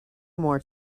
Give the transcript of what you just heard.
more